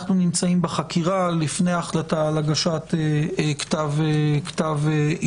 בחקירה לפני החלטה על הגשת כתב אישום.